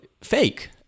fake